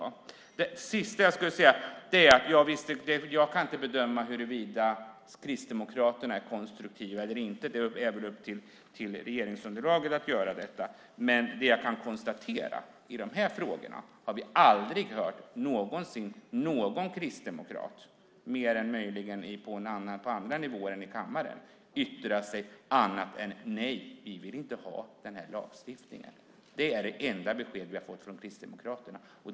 Det sista jag skulle vilja säga är att jag inte kan bedöma huruvida Kristdemokraterna är konstruktiva eller inte. Det är upp till regeringsunderlaget att göra detta. Men det jag kan konstatera i de här frågorna är att vi aldrig någonsin har hört någon kristdemokrat, mer än möjligen på andra nivåer än i kammaren, yttra annat än "nej, vi vill inte ha den här lagstiftningen". Det är det enda besked vi har fått från Kristdemokraterna.